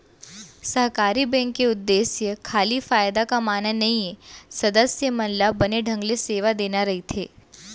सहकारी बेंक के उद्देश्य खाली फायदा कमाना नइये, सदस्य मन ल बने ढंग ले सेवा देना रइथे